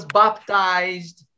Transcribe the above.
baptized